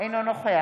אינו נוכח